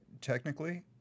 technically